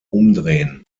umdrehen